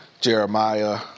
Jeremiah